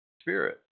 spirit